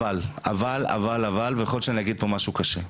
אבל, אבל, אבל ויכול להיות שאני אגיד פה משהו קשה.